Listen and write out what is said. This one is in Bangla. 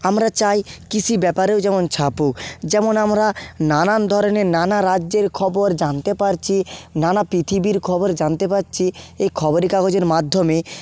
আমরা চাই কৃষি ব্যাপারেও যেমন ছাপুক যেমন আমরা নানান ধরনের নানা রাজ্যের খবর জানতে পারছি নানা পৃথিবীর খবর জানতে পারছি এ খবরে কাগজের মাধ্যমে